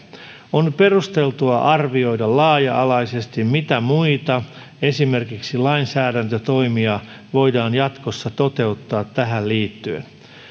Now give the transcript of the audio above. on perusteltua arvioida laaja alaisesti mitä muita esimerkiksi lainsäädäntötoimia voidaan jatkossa toteuttaa tähän liittyen